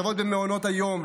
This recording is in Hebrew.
הטבות במעונות היום,